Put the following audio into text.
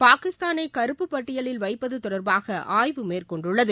பாகிஸ்தானை கறப்புப் பட்டியலில் வைப்பது தொடர்பாக ஆய்வு மேற்கொண்டுள்ளது